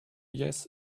yes